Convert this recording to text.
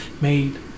made